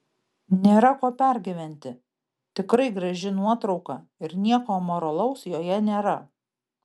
nėra ko pergyventi tikrai graži nuotrauka ir nieko amoralaus joje nėra